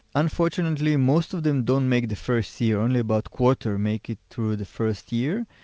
unfortunately, most of them don't make the first year, only about quarter make it through the first year.